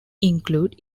include